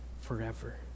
forever